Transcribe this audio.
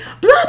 Blah